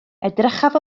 edrychaf